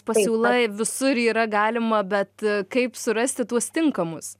pasiūla visur yra galima bet kaip surasti tuos tinkamus